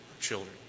children